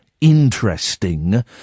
interesting